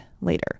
later